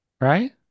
right